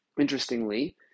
interestingly